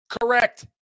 correct